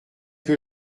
que